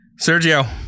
Sergio